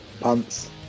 Pants